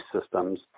systems